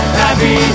happy